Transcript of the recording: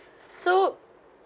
so